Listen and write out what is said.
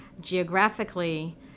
geographically